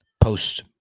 post